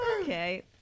Okay